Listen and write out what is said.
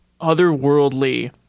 otherworldly